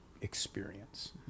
experience